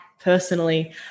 Personally